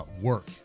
work